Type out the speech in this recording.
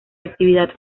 actividad